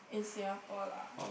in Singapore lah